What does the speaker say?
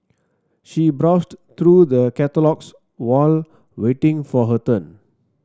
she browsed through the catalogues while waiting for her turn